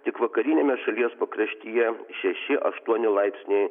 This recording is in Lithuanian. tik vakariniame šalies pakraštyje šeši aštuoni laipsniai